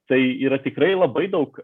tai yra tikrai labai daug